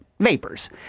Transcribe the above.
Vapors